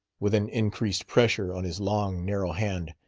with an increased pressure on his long, narrow hand.